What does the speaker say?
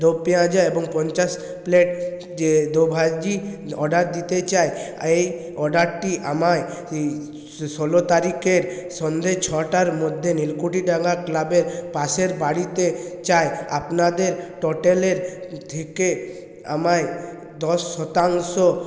দো পিঁয়াজা এবং পঞ্চাশ প্লেট যে দোভাজি অর্ডার দিতে চাই এই অর্ডারটি আমায় ষোলো তারিখের সন্ধে ছটার মধ্যে নীলকুঠিডাঙা ক্লাবের পাশের বাড়িতে চাই আপনাদের টোটালের থেকে আমায় দশ শতাংশ